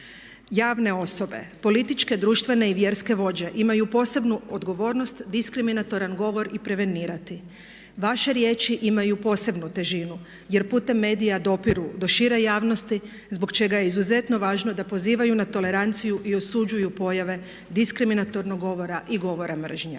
Javne osobe, političke, društvene i vjerske vođe imaju posebnu odgovornost, diskriminatoran govor i prevenirati. Vaše riječi imaju posebnu težinu, jer putem medija dopiru do šire javnosti zbog čega je izuzetno važno da pozivaju na toleranciju i osuđuju pojave diskriminatornog govora i govora mržnje.